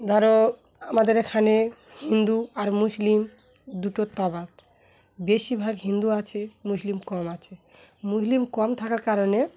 ধরো আমাদের এখানে হিন্দু আর মুসলিম দুটোর তফাৎ বেশিরভাগ হিন্দু আছে মুসলিম কম আছে মুসলিম কম থাকার কারণে